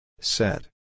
Set